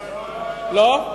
לא,